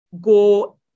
go